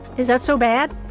is that so bad?